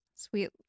sweet